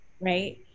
right